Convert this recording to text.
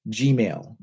Gmail